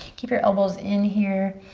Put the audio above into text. keep your elbows in here.